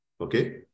Okay